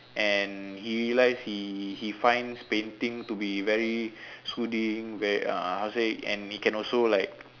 and he realised he he finds painting to be very soothing very uh how say and he also can like